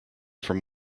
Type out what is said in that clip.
from